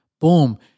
Boom